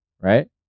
right